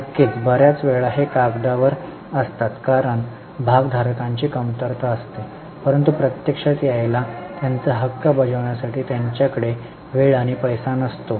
नक्कीच बर्याच वेळा हे कागदावर असतात कारण भागधारकांची कमतरता असते परंतु प्रत्यक्षात यायला आणि त्यांचा हक्क बजावण्यासाठी त्यांच्याकडे वेळ आणि पैसा नसतो